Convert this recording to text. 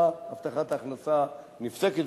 הבטחת ההכנסה נפסקת,